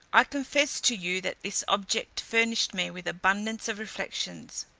i confess to you, that this object furnished me with abundance of reflections.